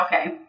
Okay